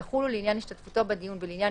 יחולו לעניין השתתפותו בדיון ולעניין